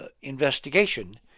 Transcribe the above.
investigation